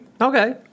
Okay